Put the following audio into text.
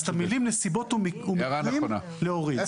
את המילים "נסיבות ומקרים", להוריד.